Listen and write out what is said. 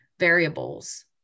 variables